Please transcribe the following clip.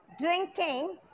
drinking